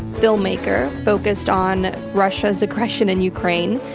filmmaker, focused on russia's aggression in ukraine,